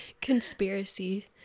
conspiracy